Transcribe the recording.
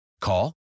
Call